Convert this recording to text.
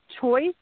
choice